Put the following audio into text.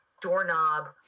doorknob